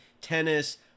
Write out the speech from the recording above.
tennis